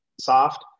soft